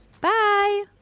Bye